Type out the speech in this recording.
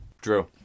Drew